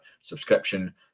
subscription